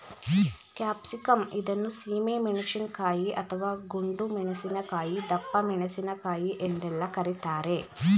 capsicum ಇದನ್ನು ಸೀಮೆ ಮೆಣಸಿನಕಾಯಿ, ಅಥವಾ ಗುಂಡು ಮೆಣಸಿನಕಾಯಿ, ದಪ್ಪಮೆಣಸಿನಕಾಯಿ ಎಂದೆಲ್ಲ ಕರಿತಾರೆ